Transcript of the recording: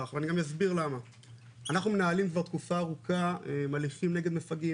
אנחנו מנהלים כבר תקופה ארוכה הליכים נגד מפגעים,